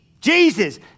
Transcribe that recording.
Jesus